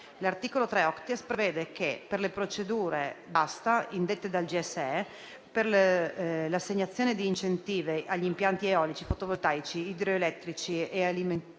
L'articolo 3-*octies* prevede che, per le procedure d'asta indette dal GSE per l'assegnazione di incentivi agli impianti eolici, fotovoltaici, idroelettrici e alimentati